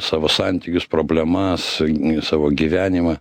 savo santykius problemas savo gyvenimą